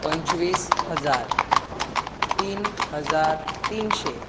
पंचवीस हजार तीन हजार तीनशें